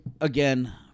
Again